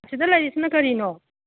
ꯁꯤꯗ ꯂꯩꯔꯤꯁꯤꯅ ꯀꯔꯤꯅꯣ